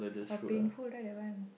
but painful right that one